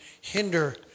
hinder